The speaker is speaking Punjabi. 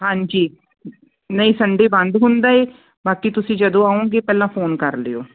ਹਾਂਜੀ ਨਹੀਂ ਸੰਡੇ ਬੰਦ ਹੁੰਦਾ ਹੈ ਬਾਕੀ ਤੁਸੀਂ ਜਦੋਂ ਆਉਗੇ ਪਹਿਲਾਂ ਫੋਨ ਕਰ ਲਿਓ